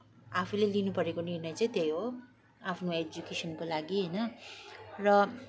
आफूले लिनु परेको निर्णय चाहिँ त्यही हो आफ्नो एजुकेसनको लागि होइन र